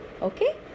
okay